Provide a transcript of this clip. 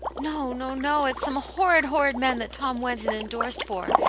no, no, no it's some horrid, horrid men that tom went and endorsed for.